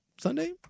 Sunday